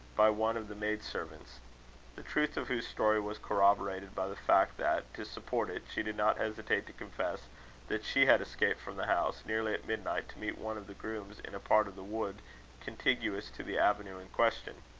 by one of the maid-servants the truth of whose story was corroborated by the fact that, to support it, she did not hesitate to confess that she had escaped from the house, nearly at midnight, to meet one of the grooms in a part of the wood contiguous to the avenue in question.